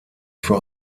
für